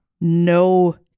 No